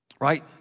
right